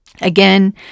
Again